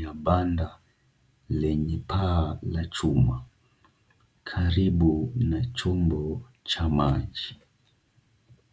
ya banda lenye paa la chuma, karibu na chombo cha maji.